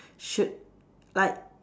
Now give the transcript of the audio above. should like